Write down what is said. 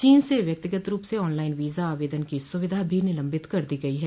चीन से व्यक्तिगत रूप से ऑनलाइन वीजा आवेदन की सुविधा भी निलंबित कर दी गई है